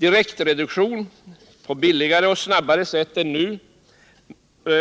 Direktreduktion på billigare och snabbare sätt än nu